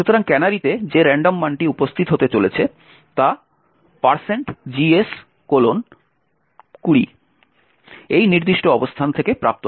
সুতরাং ক্যানারিতে যে রান্ডম মানটি উপস্থিত হতে চলেছে তা gs20 এই নির্দিষ্ট অবস্থান থেকে প্রাপ্ত হয়